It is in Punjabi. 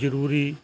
ਜ਼ਰੂਰੀ